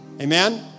Amen